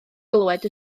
glywed